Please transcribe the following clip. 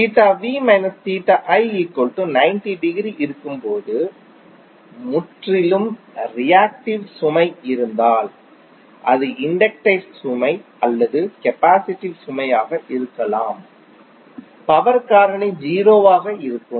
degree இருக்கும் போது முற்றிலும் ரியாக்டிவ் சுமை இருந்தால் அது இண்டக்டர் சுமை அல்லது கெபாசிடிவ் சுமை ஆக இருக்கலாம் பவர் காரணி 0 ஆக இருக்கும்